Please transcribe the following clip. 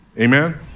Amen